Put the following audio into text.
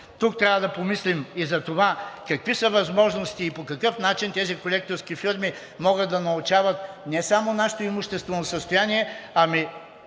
Тук трябва да помислим и за това какви са възможностите и по какъв начин тези колекторски фирми могат да научават не само нашето имуществено състояние, ами